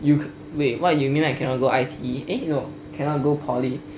wait what you mean by cannot go I_T_E eh no cannot go poly